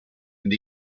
and